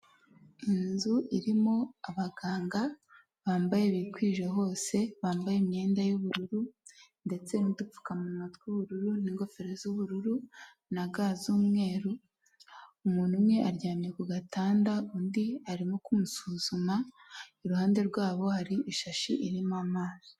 Inzu irimo abaganga bambaye bikwije hose, bambaye imyenda y'ubururu ndetse n'udupfukamunwa tw'ubururu n'ingofero z'ubururu na ga z'umweru. Umuntu umwe aryamye ku gatanda undi arimo kumusuzuma iruhande rwabo hari ishashi irimo amazi.